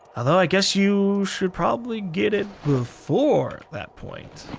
although i guess you should probably get it before that point.